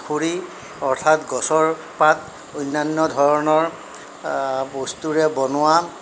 আসুৰি অৰ্থাৎ গছৰ পাত অন্যান্য ধৰণৰ বস্তুৰে বনোৱা